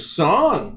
song